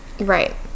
Right